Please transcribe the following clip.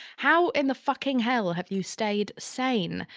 how in the fucking hell have you stayed sane?